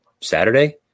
Saturday